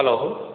hello